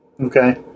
Okay